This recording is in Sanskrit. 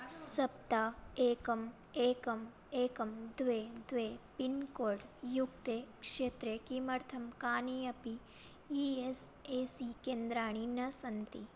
सप्त एकम् एकम् एकं द्वे द्वे पिन्कोड् युक्ते क्षेत्रे किमर्थं कानि अपि ई एस् ए सि केन्द्राणि न सन्ति